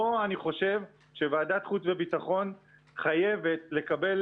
פה אני חושב שוועדת החוץ והביטחון חייבת לקבל